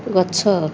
ଗଛ